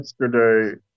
Yesterday